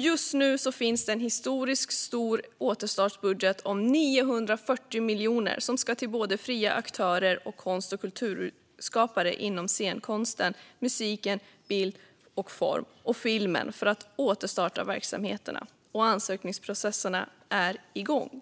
Just nu finns också en historiskt stor återstartsbudget om 940 miljoner som ska till både fria aktörer och konst och kulturskapare inom scenkonst, musik, bild och form samt film för att återstarta verksamheterna. Ansökningsprocesserna är i gång.